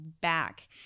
back